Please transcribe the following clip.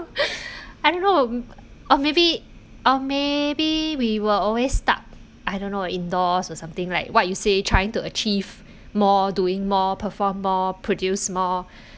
I don't know or maybe or maybe we were always stuck I don't know indoors or something like what you say trying to achieve more doing more perform more produce more